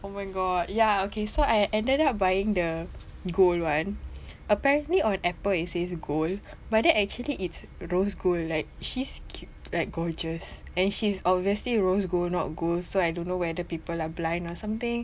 oh my god ya okay so I ended up buying the gold [one] apparently on Apple it says gold but then actually it's rose gold like she's like gorgeous and she's obviously rose gold not gold so I don't know whether people are blind or something